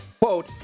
Quote